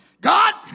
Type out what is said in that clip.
God